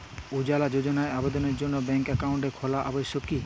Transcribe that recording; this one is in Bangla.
উজ্জ্বলা যোজনার আবেদনের জন্য ব্যাঙ্কে অ্যাকাউন্ট খোলা আবশ্যক কি?